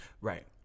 right